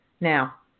Now